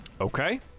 Okay